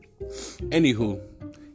Anywho